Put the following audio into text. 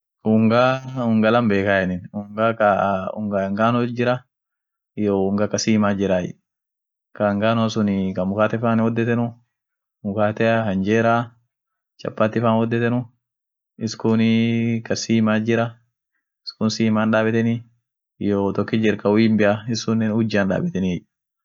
Woninsunii gargarai biriit jirai, taa diko lalafit jira, ta diko jabaatiit jira, Aminen tadibin hinmiooti tadibi hinbushootie, dumii tadibin hinkuroot. duumi sagalum atin daabtuun sun ilaalletie. sagale sun ilaalte wo sagalen sun won kurootu feet sunumaan midaaseni, woishin won miotua taam miotua suniin midaasen, woishin ta kuroot taam kurootua suniin midaasen